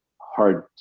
hard